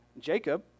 Jacob